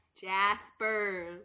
Jasper